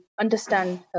understand